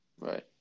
Right